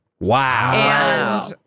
Wow